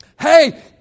Hey